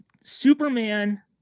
Superman